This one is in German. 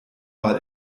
mal